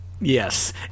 Yes